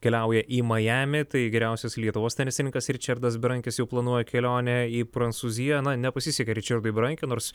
keliauja į majamį tai geriausias lietuvos tenisininkas ričardas berankis jau planuoja kelionę į prancūziją na nepasisekė ričardui berankiui nors